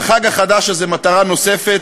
לחג החדש הזה מטרה נוספת,